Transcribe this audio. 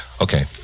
Okay